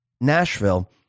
nashville